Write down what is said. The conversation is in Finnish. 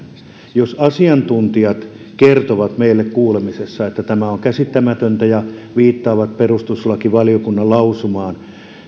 jos asiantuntijat kertovat meille kuulemisessa että tämä on käsittämätöntä ja viittaavat perustuslakivaliokunnan lausumaan niin